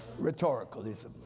Rhetoricalism